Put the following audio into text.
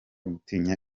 gutinya